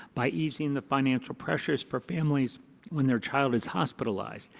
by using the financial pressures for families when their child is hospitalized.